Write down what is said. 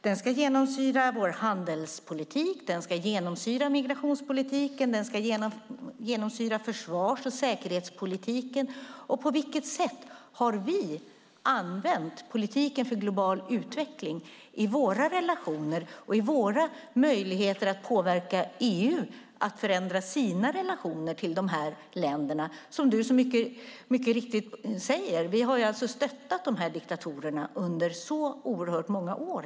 Den ska genomsyra handelspolitiken, migrationspolitiken och försvars och säkerhetspolitiken. På vilket sätt har vi använt politiken för global utveckling i våra relationer och i våra möjligheter att påverka EU att förändra sina relationer till dessa länder? Som Fredrik Malm mycket riktigt säger har vi stöttat dessa diktatorer under många år.